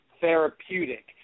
therapeutic